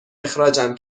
اخراجم